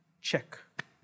Check